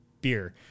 beer